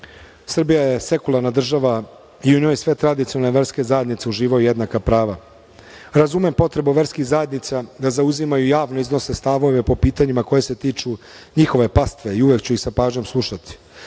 Srbija je sekularna država i u njoj sve tradicionalne verske zajednice uživaju jednaka prava. Razumem potrebu verskih zajednica da zauzimaju i javno iznose stavove po pitanjima koja se tiču njihove pastve i uvek ću ih sa pažnjom slušati.